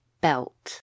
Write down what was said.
belt